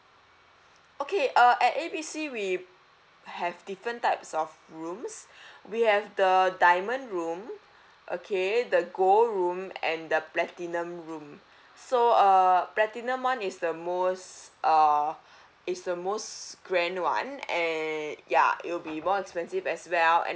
okay uh at A B C we have different types of rooms we have the diamond room okay the gold room and the platinum room so uh platinum [one] is the most uh it's the most grand [one] and ya it will be more expensive as well and